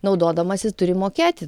naudodamasis turi mokėti